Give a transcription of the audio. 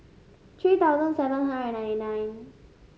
three thousand seven hundred ninety nine